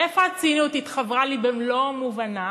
איפה הציניות התחוורה לי במלוא מובנה?